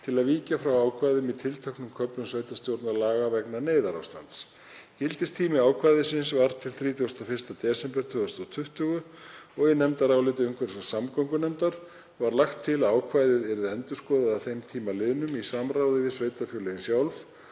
til að víkja frá ákvæðum í tilteknum köflum sveitarstjórnarlaga vegna neyðarástands. Gildistími ákvæðisins var til 31. desember 2020 og í nefndaráliti umhverfis- og samgöngunefndar var lagt til ákvæðið yrði endurskoðað að þeim tíma liðnum í samráði við sveitarfélögin sjálf